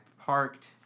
parked